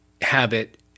habit